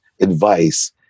advice